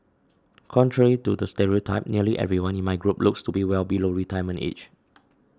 contrary to the stereotype nearly everyone in my group looks to be well below retirement age